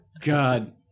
God